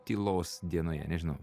tylos dienoje nežinau